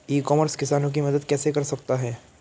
ई commerce किसानों की मदद कैसे कर सकता है?